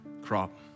crop